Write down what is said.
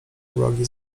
uwagi